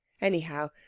Anyhow